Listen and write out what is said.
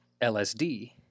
LSD